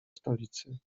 stolicy